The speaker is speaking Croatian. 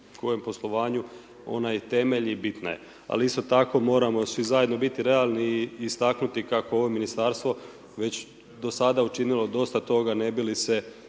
u bilokojem poslovanju onaj temelj i bitna je ali isto tako moramo svi zajedno biti realni i istaknuti kako je ovo ministarstvo već do sada učinilo dosta toga ne bi li ste